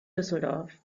düsseldorf